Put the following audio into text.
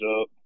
up